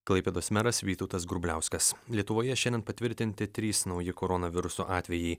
klaipėdos meras vytautas grubliauskas lietuvoje šiandien patvirtinti trys nauji koronaviruso atvejai